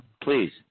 Please